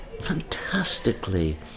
fantastically